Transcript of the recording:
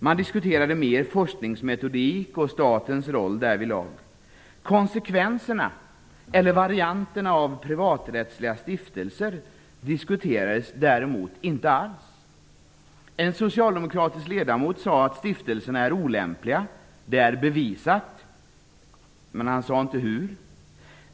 Man diskuterade mer forskningsmetodik och statens roll därvidlag. Konsekvenserna eller varianterna av privaträttsliga stiftelser diskuterades däremot inte alls. En socialdemokratisk ledamot sade att stiftelserna var olämpliga och att det var bevisat, men han sade inte hur.